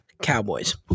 Cowboys